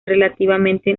relativamente